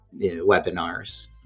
webinars